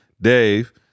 Dave